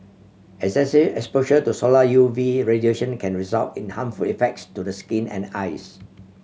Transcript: exposure to solar U V radiation can result in harmful effects to the skin and eyes